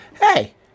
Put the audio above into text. Hey